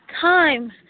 Time